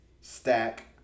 stack